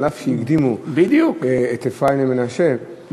אף שהקדימו את אפרים למנשה,